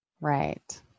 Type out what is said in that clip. Right